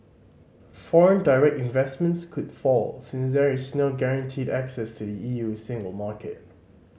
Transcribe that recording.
foreign direct investment could fall since there is no guaranteed access to the E U single market